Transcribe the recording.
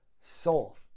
soul